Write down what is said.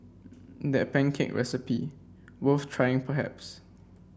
that pancake recipe worth trying perhaps